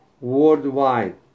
worldwide